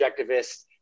objectivist